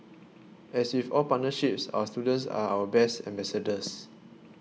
as with all partnerships our students are our best ambassadors